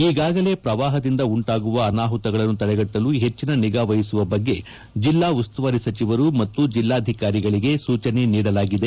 ಈಗಾಗಲೇ ಪ್ರವಾಹದಿಂದ ಉಂಟಾಗುವ ಅನಾಹುತಗಳನ್ನು ತಡೆಗಟ್ಟಲು ಹೆಚ್ಚಿನ ನಿಗಾವಹಿಸುವ ಬಗ್ಗೆ ಜಿಲ್ಲಾ ಉಸ್ತುವಾರಿ ಸಚಿವರು ಮತ್ತು ಜಿಲ್ಲಾಧಿಕಾರಿಗಳಿಗೆ ಸೂಚನೆ ನೀಡಲಾಗಿದೆ